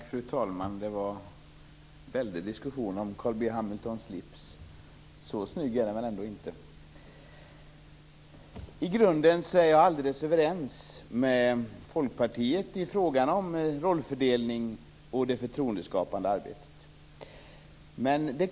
Fru talman! Det var en väldig diskussion om Carl B Hamiltons slips. Så snygg är den väl inte? I grunden är jag helt överens med Folkpartiet i frågan om rollfördelningen och det förtroendeskapande arbetet.